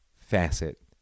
facet